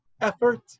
effort